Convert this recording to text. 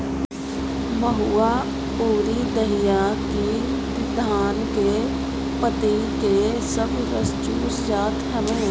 महुआ अउरी दहिया कीट धान के पतइ के सब रस चूस जात हवे